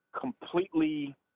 completely